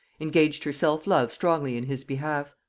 engaged her self-love strongly in his behalf.